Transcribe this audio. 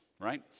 right